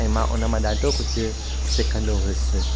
ऐं मां हुन मां ॾाढो कुझु सिखंदो हुयुसि